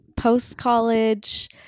post-college